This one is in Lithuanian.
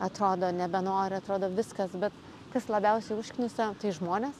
atrodo nebenori atrodo viskas bet kas labiausiai užknisa tai žmonės